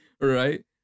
right